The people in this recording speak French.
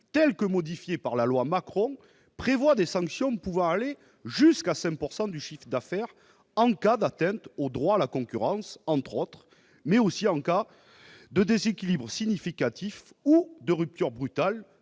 tel que modifié par la loi Macron, prévoit des sanctions pouvant aller jusqu'à 5 % du chiffre d'affaires en cas d'atteinte au droit de la concurrence, par exemple, mais aussi en cas de déséquilibre significatif ou de rupture brutale